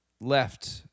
left